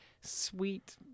sweet